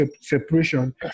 separation